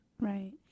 Right